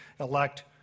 elect